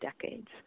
decades